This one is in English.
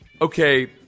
Okay